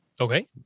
okay